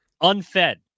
unfed